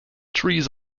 trees